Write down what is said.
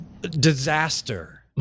disaster